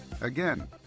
Again